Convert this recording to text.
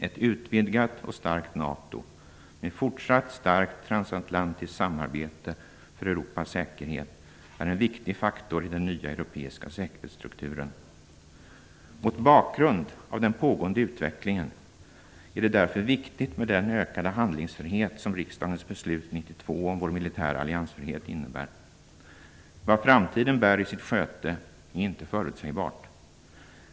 Ett utvidgat och starkt NATO med fortsatt starkt transatlantiskt samarbete för Europas säkerhet är en viktig faktor i den nya europeiska säkerhetsstrukturen. Mot bakgrund av den pågående utvecklingen är det därför viktigt med den ökade handlingsfrihet som riksdagens beslut 1992 om vår militära alliansfrihet innebär. Vad framtiden bär i sitt sköte är inte förutsägbart.